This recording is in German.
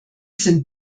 sind